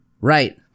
Right